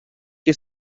che